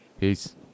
Peace